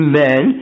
men